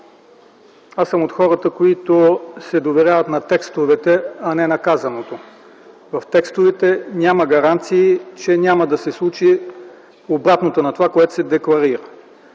аз съм от хората, които се доверяват на текстовете, а не на казаното. В текстовете няма гаранции, че няма да се случи обратното на това, което се декларира.